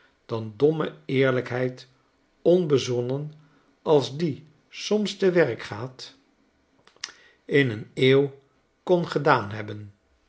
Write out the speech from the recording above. dan domme eerlijkheid onbezonnen als die soms te werk gaat in een eeuw kon gedaan hebben